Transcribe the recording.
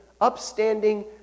upstanding